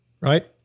right